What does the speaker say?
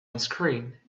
onscreen